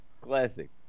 classic